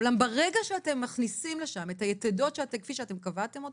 ברגע שאתם מכניסים לשם את היתדות כפי שאתם קבעתם אותם,